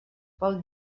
pel